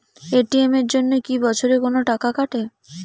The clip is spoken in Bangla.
এ.টি.এম এর জন্যে কি বছরে কোনো টাকা কাটে?